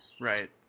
Right